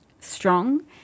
strong